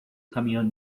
caminhando